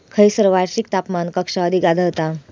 खैयसर वार्षिक तापमान कक्षा अधिक आढळता?